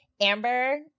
Amber